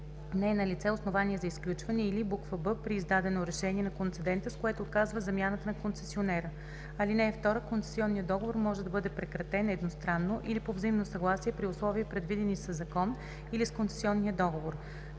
не е налице основание за изключване, или б) при издадено решение на концедента, с което отказва замяната на концесионера. (2) Концесионният договор може да бъде прекратен едностранно или по взаимно съгласие при условия, предвидени със закон или с концесионния договор.